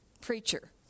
preacher